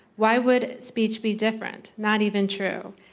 why would speech be different? not even true.